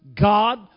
God